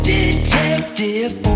Detective